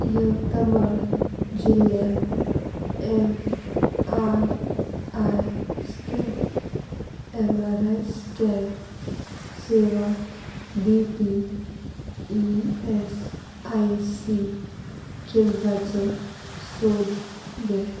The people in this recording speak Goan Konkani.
यवतमळ जिल्ल्यांत M R I scan M R I scan सेवा दिवपी ई एस आय सी केंद्राचो सोद घे